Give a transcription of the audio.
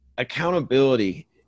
accountability